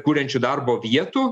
kuriančių darbo vietų